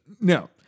No